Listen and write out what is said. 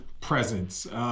presence